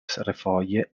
refoje